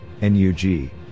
NUG